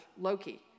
Loki